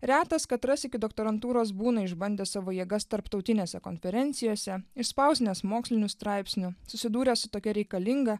retas katras iki doktorantūros būna išbandęs savo jėgas tarptautinėse konferencijose išspausdinęs mokslinių straipsnių susidūręs su tokia reikalinga